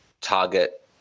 Target